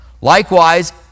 Likewise